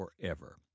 forever